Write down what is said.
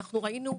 אנחנו ראינו,